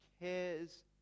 cares